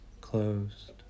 closed